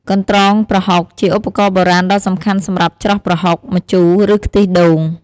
កន្រ្តងប្រហុក ជាឧបករណ៍បុរាណដ៏សំខាន់សម្រាប់ច្រោះប្រហុក ម្ជូរ ឬខ្ទិះដូង។